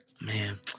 Man